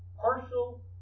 partial